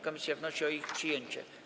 Komisja wnosi o ich przyjęcie.